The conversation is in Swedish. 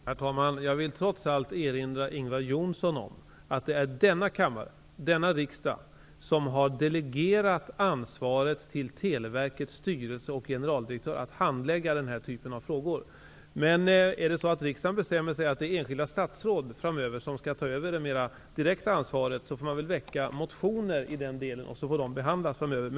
Herr talman! Jag vill trots allt erinra Ingvar Johnsson om att det är denna riksdag som har delegerat ansvaret till Televerkets styrelse och generaldirektör när det gäller att handlägga den här typen av frågor. Men om riksdagen bestämmer att enskilda statsråd framöver skall ta över det mera direkta ansvaret får väl motioner väckas i den delen. Sedan får dessa behandlas framöver.